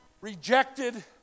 rejected